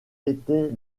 étaient